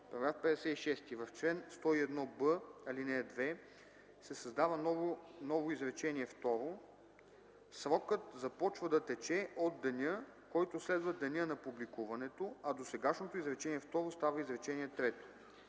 4”. § 56. В чл. 101б, ал. 2 се създава ново изречение второ: „Срокът започва да тече от деня, който следва деня на публикуването”, а досегашното изречение второ става изречение